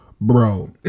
Bro